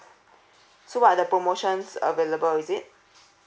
so what are the promotions available is it